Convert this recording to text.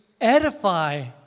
edify